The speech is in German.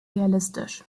realistisch